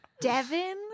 devin